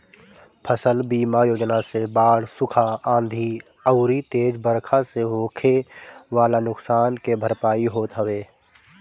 फसल बीमा योजना से बाढ़, सुखा, आंधी अउरी तेज बरखा से होखे वाला नुकसान के भरपाई होत हवे